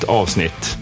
avsnitt